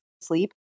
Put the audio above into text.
sleep